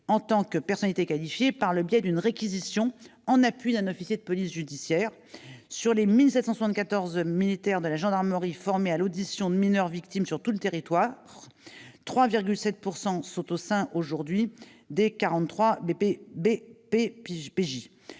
en tant que personnalités qualifiées, par le biais d'une réquisition, en appui à un officier de police judiciaire. Sur les 1 774 militaires de la gendarmerie formés à l'audition de mineurs victimes, 3,7 % travaillent aujourd'hui au sein